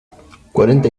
cuarenta